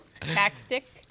tactic